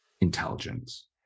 intelligence